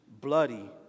bloody